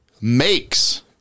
makes